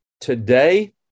today